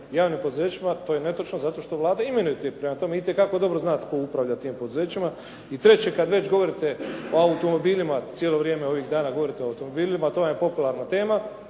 javnim poduzećima, to je netočno zato što Vlada imenuje, prema tome, itekako dobro zna tko upravlja tim poduzećima. I treće kada već govorite o automobilima, cijelo vrijeme ovih dana govorite o automobilima, to vam je popularna tema,